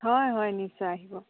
হয় হয় নিশ্চয় আহিব